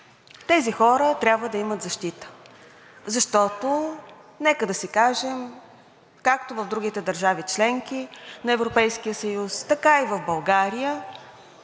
тези хора трябва да имат защита, защото, нека да си кажем, както в другите държави – членки на Европейския съюз, така и в България